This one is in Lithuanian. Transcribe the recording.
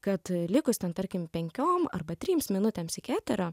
kad likus ten tarkim penkiom arba trims minutėms iki eterio